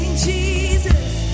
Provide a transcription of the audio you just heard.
Jesus